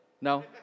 No